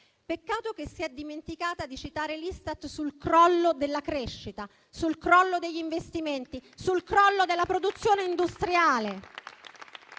Peccato che si è dimenticata di citare l'Istat sul crollo della crescita, sul crollo degli investimenti, sul crollo della produzione industriale.